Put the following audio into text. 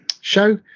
show